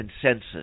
consensus